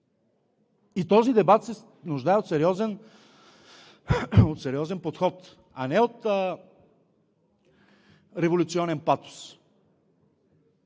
Този дебат се нуждае от сериозен подход, а не от революционен патос.